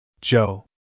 Joe